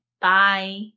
bye